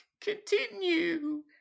continue